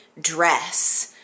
dress